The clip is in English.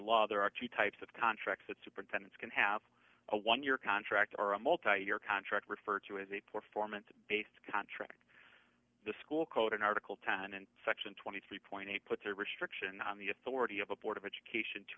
law there are two types of contracts that superintendents can have a one year contract or a multi year contract referred to as a performance based contract the school code in article ten and section twenty three eight puts a restriction on the authority of a board of education to